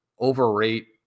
overrate